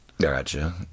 gotcha